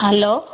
hello